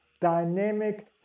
Dynamic